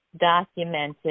documented